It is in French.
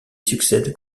succède